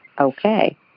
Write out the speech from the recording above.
Okay